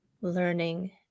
learning